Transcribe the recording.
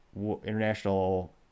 International